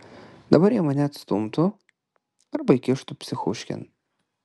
dabar jie mane atstumtų arba įkištų psichuškėn